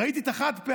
ראיתי את החד-פעמי,